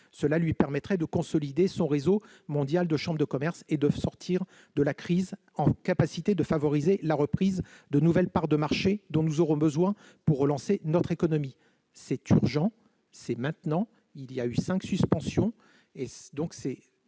Cela permettrait de consolider le réseau mondial de chambres de commerce et d'industrie et de sortir de la crise en ayant la capacité de favoriser la reprise de nouvelles parts de marché, dont nous aurons besoin pour relancer notre économie. C'est urgent ! C'est maintenant ! Cinq suspensions